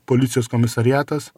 policijos komisariatas